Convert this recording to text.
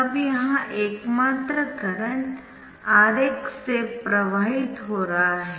अब यहाँ एकमात्र करंट Rx से प्रवाहित हो रहा है